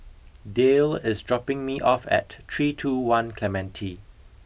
Dayle is dropping me off at three two one Clementi